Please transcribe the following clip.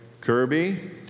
Kirby